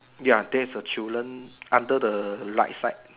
ya there's a children under the right side